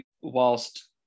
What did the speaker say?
whilst